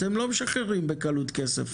אתם לא משחררים בקלות כסף,